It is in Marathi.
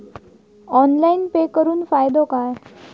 ऑनलाइन पे करुन फायदो काय?